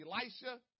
Elisha